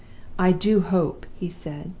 i do hope he said,